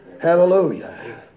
Hallelujah